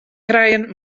krijen